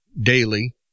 daily